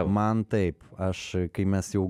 man taip aš kai mes jau